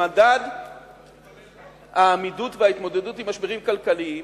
במדד העמידות וההתמודדות עם משברים כלכליים